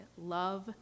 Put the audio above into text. love